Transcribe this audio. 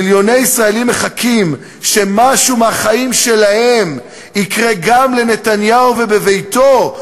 מיליוני ישראלים מחכים שמשהו מהחיים שלהם יקרה גם לנתניהו ובביתו,